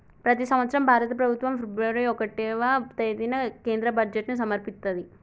ప్రతి సంవత్సరం భారత ప్రభుత్వం ఫిబ్రవరి ఒకటవ తేదీన కేంద్ర బడ్జెట్ను సమర్పిత్తది